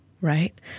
right